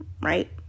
right